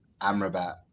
Amrabat